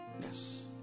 Yes